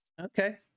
Okay